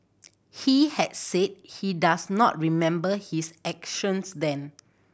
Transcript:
he had said he does not remember his actions then